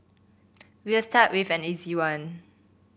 we'll start with an easy one